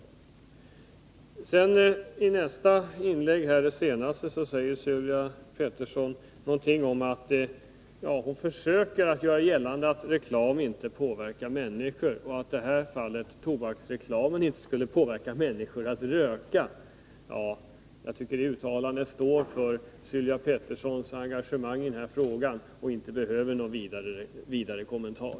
Isitt senaste inlägg försöker Sylvia Pettersson göra gällande att reklam inte påverkar människor, dvs. i detta fall att tobaksreklamen inte skulle påverka människor att röka. Jag tycker att detta uttalande talar för sig självt och får stå för Sylvia Petterssons engagemang i den här frågan; det kräver inte någon kommentar.